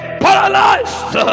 paralyzed